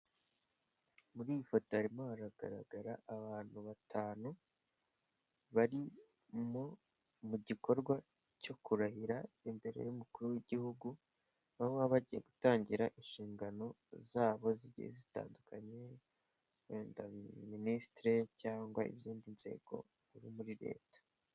Muri iyi foto harimo haragaragara abantu batanu barimo mu gikorwa cyo kurahira imbere y'umukuru w'igihugu, aho baba bagiye gutangira inshingano zabo zigiye zitandukanye wenda minisitire cyangwa izindi nzego nkuru muri leta.